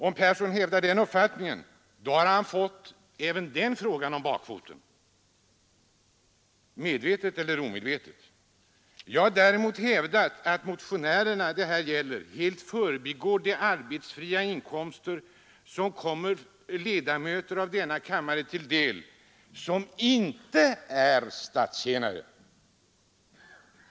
Om herr Persson hävdar den uppfattningen har han fått även den frågan om bakfoten, medvetet eller omedvetet. Jag har däremot hävdat att motionärerna helt förbigår de arbetsfria inkomster som kommer ledamöter av denna kammare till del som inte är statstjänare.